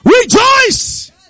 Rejoice